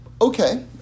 okay